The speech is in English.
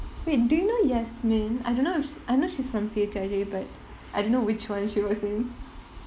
wait do you know yasmine I don't know if sh~ I know she's from C_H_I_J but I don't know which [one] she was in